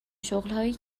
شغلهایی